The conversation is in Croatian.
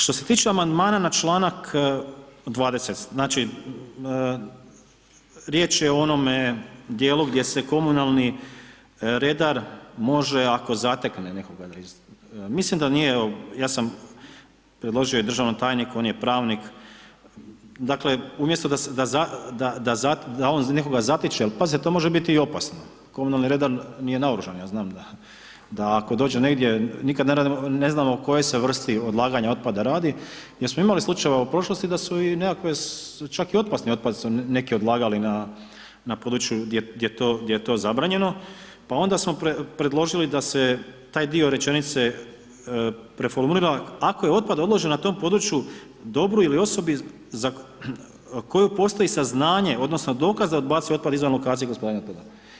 Što se tiče amandmana na članak 20., znači riječ je o onome djelu gdje se komunalni redar može ako zatekne nekog, mislim da nije, ja sam predložio i državnom tajniku, on je pravnik, dakle umjesto da on nekoga zatiče jer pazite to može biti i opasno, komunalni redar nije naoružan, ja znam da ako dođe negdje nikad ne znamo o kojoj se vrsti odlaganja otpada radi, gdje smo imali slučajeva o prošlosti da su i nekakve čak i opasni otpad su odlagali na području gdje je to zabranjeno pa onda smo predložili da se taj dio rečenice preformulira ako je otpad odložen na tom području ... osobi za koju postoji saznanje odnosno dokaz da odbacuje otpad izvan lokacije gospodarenja toga.